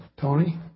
Tony